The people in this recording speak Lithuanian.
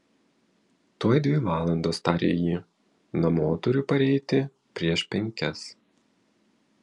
tuoj dvi valandos tarė ji namo turiu pareiti prieš penkias